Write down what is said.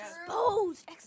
Exposed